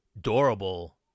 durable